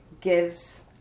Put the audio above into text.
gives